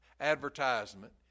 advertisement